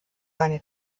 seine